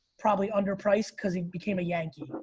probably under priced cause he became a yankee.